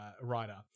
writer